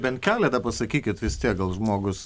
bent keletą pasakykit vis tiek gal žmogus